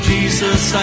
Jesus